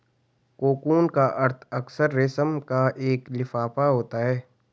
cocoon का अर्थ अक्सर रेशम का एक लिफाफा होता है